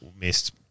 missed